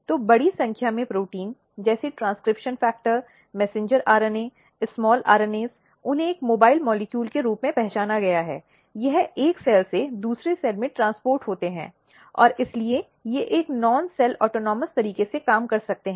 तो बड़ी संख्या में प्रोटीन जैसे ट्रेन्स्क्रिप्शन फ़ैक्टर मैसेंजर आरएनए छोटे आरएनए उन्हें एक मोबाइल अणु के रूप में पहचाना गया है यह एक सेल से दूसरे सेल में ट्रांसपोर्ट होते हैं और इसलिए ये एक नॉन सेल ऑटोनॉमस तरीके से काम कर सकते हैं